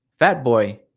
Fatboy